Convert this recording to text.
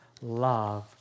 love